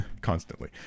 constantly